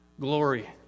glory